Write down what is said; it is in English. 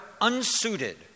unsuited